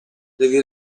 devi